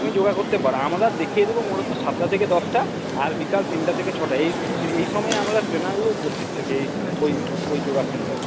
তুমি যোগা করতে পারো আমরা দেখিয়ে দেব মূলত সাতটা থেকে দশটা আর বিকাল তিনটা থেকে ছটা এই এই সময়ই আমাদের ট্রেনারগুলো উপস্থিত থাকে ওই ওই যোগা সেন্টারে